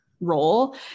role